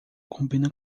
combina